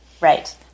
Right